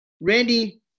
Randy